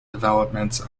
developments